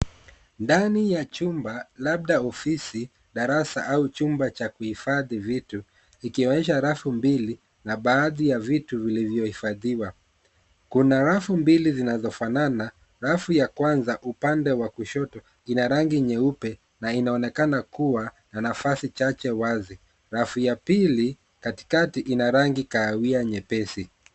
Ndani ya chumba, labda ofisi, darasa au chumba cha kuhifadhi vitu, ikionyesha rafu mbili na baadhi ya vitu vilivyohifadhiwa. Kuna rafu mbili zinazofanana, rafu ya kwanza upande wa kushoto ina rangi nyeupe na inaonekana kuwa na nafasi chache wazi. Rafu ya pili katikati ina rangi kahawia nyepesi.